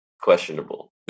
questionable